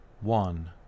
One